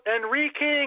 Enrique